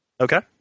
Okay